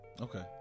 Okay